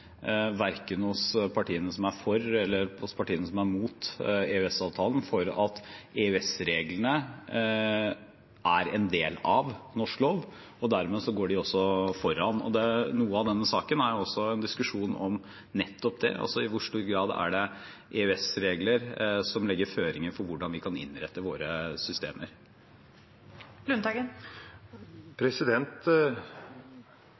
verken hos partiene som er for eller hos partiene som er mot EØS-avtalen, for at EØS-reglene er en del av norsk lov, og dermed går de også foran. Noe av denne saken er også en diskusjon om nettopp det; i hvor stor grad er det EØS-regler som legger føringer for hvordan vi kan innrette våre systemer?